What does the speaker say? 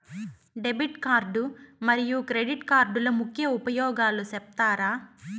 Debit card మరియు credit కార్డుల ముఖ్య ఉపయోగాలు సెప్తారా?